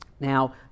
Now